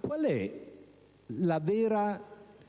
Quale è la vera